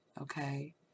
Okay